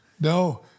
No